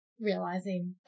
realizing